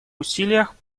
усилиях